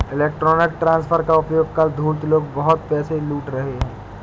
electronic transfer का उपयोग कर धूर्त लोग खूब पैसे लूट रहे हैं